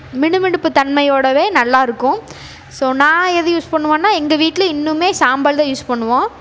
மினுமினுப்பு தன்மையோடவே நல்லாயிருக்கும் ஸோ நான் எது யூஸ் பண்ணுவோன்னா எங்கள் வீட்டில் இன்னுமே சாம்பல் தான் யூஸ் பண்ணுவோம்